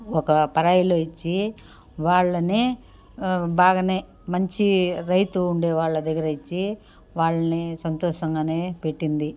ఒక పరాయిలో ఇచ్చి వాళ్లని బాగానే మంచి రైతు ఉండే వాళ్ళ దగ్గర ఇచ్చి వాళ్ళని సంతోషంగానే పెట్టింది